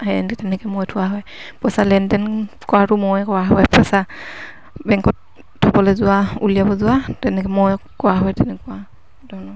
সেনে তেনেকে মই থোৱা হয় পইচা লেনদেন কৰাটো ময়ে কৰা হয় পইচা বেংকত থবলে যোৱা উলিয়াব যোৱা তেনেকে মই কৰা হয় তেনেকুৱাৰণৰ